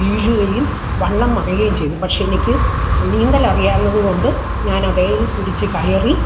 വീഴുകയും വള്ളം മറിയുകയും ചെയ്തു പക്ഷേ എനിക്ക് നീന്തൽ അറിയാവുന്നത് കൊണ്ട് ഞാനതിൽ പിടിച്ച് കയറി